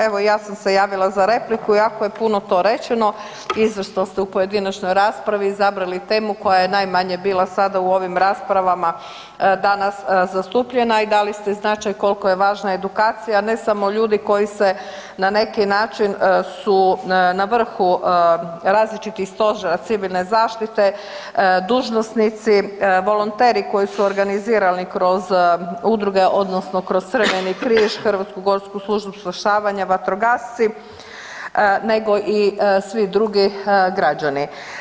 Evo i ja sam se javila za repliku iako je puno tu rečeno, izvrsno ste u pojedinačnoj raspravi izabrali temu koja je najmanje bila sada u ovom raspravama danas zastupljena i dali ste značaj koliko je važna edukacija, ne samo ljudi koji se na neki način su na vrhu različitih stožera civilne zaštite, dužnosnici, volonteri koji su organizirani kroz udruge odnosno kroz Crveni križ, HGSS, vatrogasci nego i svi drugi građani.